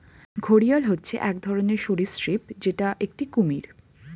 ঘড়িয়াল হচ্ছে এক ধরনের সরীসৃপ যেটা একটি কুমির